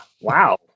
wow